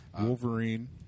Wolverine